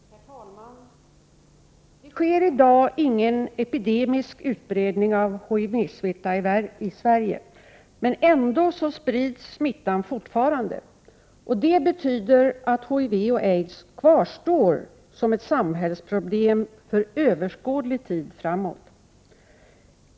Herr talman! Det sker i dag ingen epidemisk utbredning av HIV-smitta i Sverige, men ändå sprids smittan fortfarande. Det betyder att HIV och aids kvarstår som ett samhällsproblem för överskådlig tid framåt.